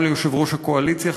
גם ליושב-ראש הקואליציה,